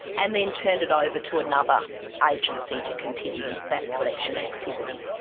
and then turned it over to another agency to continue that collection activity.